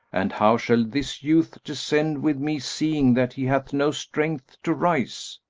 and how shall this youth descend with me seeing that he hath no strength to rise?